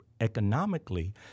economically